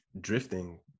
drifting